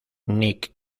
nick